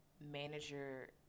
manager